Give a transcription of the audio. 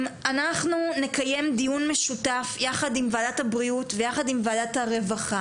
אנחנו נקיים דיון משותף יחד עם וועדת הבריאות ויחד עם וועדת הרווחה,